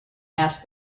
asked